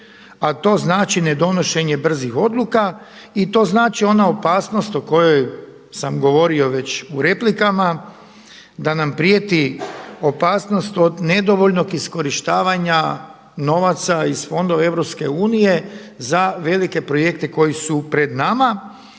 a to znači nedonošenje brzih odluka i to znači ona opasnost o kojoj sam govorio već u replikama da nam prijeti opasnost od nedovoljnog iskorištavanja novaca iz fondova EU za velike projekte koji su pred nama.